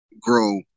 grow